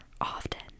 often